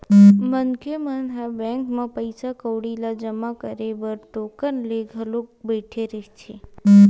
मनखे मन ह बैंक म पइसा कउड़ी ल जमा करे बर टोकन लेके घलोक बइठे रहिथे